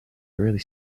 really